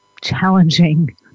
challenging